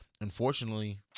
unfortunately